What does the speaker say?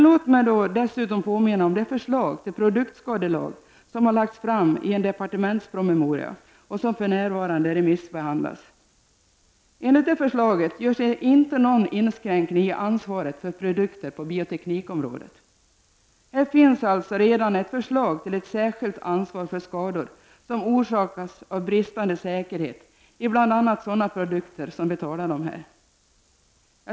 Låt mig dessutom påminna om det förslag till produktskadelag som har lagts fram i en departementspromemoria och som för närvarande remissbehandlas. Enligt det förslaget skall det inte göras någon inskränkning i ansvaret för produkter på bioteknikområdet. Det finns alltså redan ett förslag till ett särskilt ansvar för skador som orsakas av bristande säkerhet i bl.a. sådana produkter som vi talar om här.